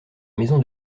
maison